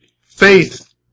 Faith